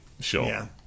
Sure